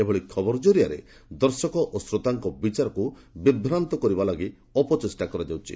ଏଭଳି ଖବର କରିଆରେ ଦର୍ଶକ ଓ ଶ୍ରୋତାଙ୍କର ବିଚାରକୁ ବିଭ୍ରାନ୍ତ କରିବାକୁ ଅପଚେଷ୍ଟା କରାଯାଉଛି